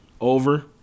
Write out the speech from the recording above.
over